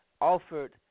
offered